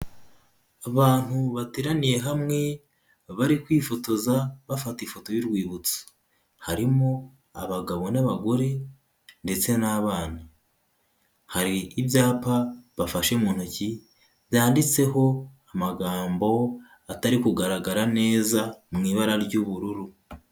Abantu bateraniye hamwe bari kwifotoza bafata ifoto y'urwibutso, harimo abagabo n'abagore ndetse n'abana, hari ibyapa bafashe mu ntoki byanditseho amagambo atari kugaragara neza mu ibara ry'ubururu.